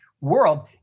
world